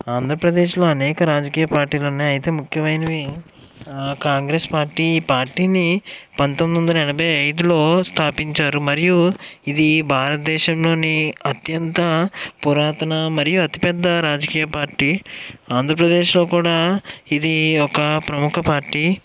ఆంధ్రప్రదేశ్లో అనేక రాజకీయ పార్టీలు ఉన్నాయి అయితే ముఖ్యమైనవి కాంగ్రెస్ పార్టీ ఈ పార్టీని పంతొమ్మిది వందల ఎనభై ఐదులో స్థాపించారు మరియు ఇది భారతదేశంలోని అత్యంత పురాతన మరియు అతిపెద్ద రాజకీయ పార్టీ ఆంధ్రప్రదేశ్లో కూడా ఇది ఒక ప్రముఖ పార్టీ